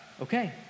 okay